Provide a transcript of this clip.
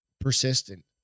persistent